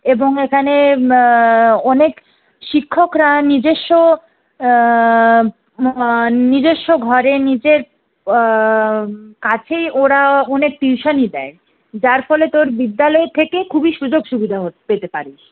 এবং এখানে অনেক শিক্ষকরা নিজস্ব নিজস্ব ঘরে নিজের কাছেই ওরা অনেক টিউশন দেয় যার ফলে তোর বিদ্যালয় থেকে খুবই সুযোগ সুবিধা পেতে পারিস